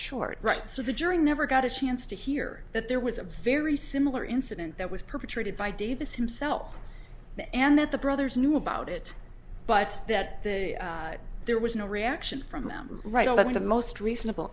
short right so the jury never got a chance to hear that there was a very similar incident that was perpetrated by davis himself and that the brothers knew about it but that there was no reaction from them right i think most reasonable